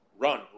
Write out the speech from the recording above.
run